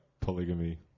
polygamy